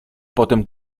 potem